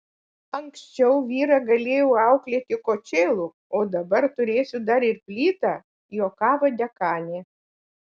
anksčiau vyrą galėjau auklėti kočėlu o dabar turėsiu dar ir plytą juokavo dekanė